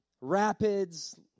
Rapids